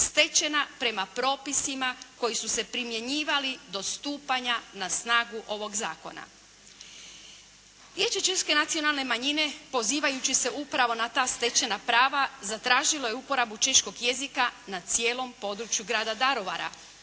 stečena prema propisima koji su se primjenjivali do stupanja na snagu ovog zakona. … /Ne razumije se./ … češke nacionalne manjine pozivajući se upravo na ta stečena prava zatražila je uporabu češkog jezika na cijelom području grada Daruvara.